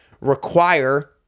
require